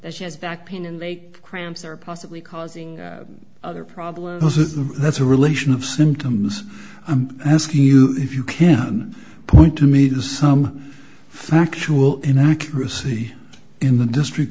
that she has back pain and like cramps or possibly causing other problems if that's a relation of symptoms i'm asking you if you can point to me to some factual inaccuracy in the district